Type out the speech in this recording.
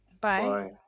Bye